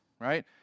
right